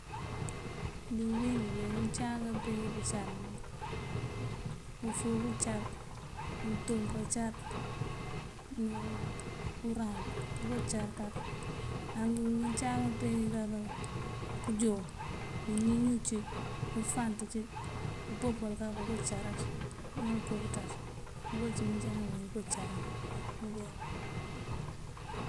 Di bёmeenjí ngёncáam ngápeengí pёcar ufύungu car, untύmpa car; ni urá acarёkak. Ngёncáam ngaapekak pёёjύwab uñinύ cí, ufanţ cí, uboopal oká cárat, ŋal ukopёţaţ ngooka cí ngёcáam ngimengi ngokácáraţ.